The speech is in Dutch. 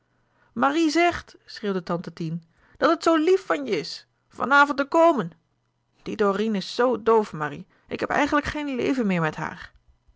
marie zegt schreeuwde tante tien dat het zoo lief van je is van avond te komen die dorine is zoo doof marie ik heb eigenlijk geen leven meer met haar